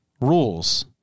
rules